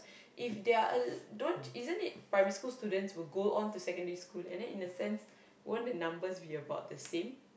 if there are a l~ isn't it primary school students will go on to secondary school then in a sense won't the numbers be about the same